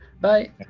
bye